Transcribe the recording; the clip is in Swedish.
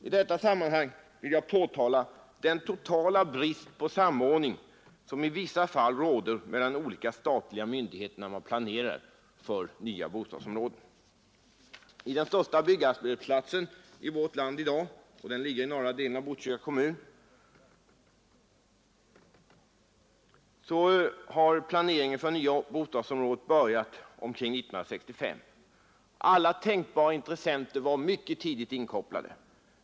I detta sammanhang vill jag påtala den totala brist på samordning som i vissa fall råder mellan olika statliga myndigheter när man planerar för nya bostadsområden. Den största byggarbetsplatsen i vårt land i dag ligger i norra delen av Botkyrka kommun. Planeringen för det nya bostadsområdet började omkring 1965. Alla tänkbara intressenter blev tidigt inkopplade.